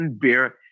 beer